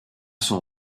son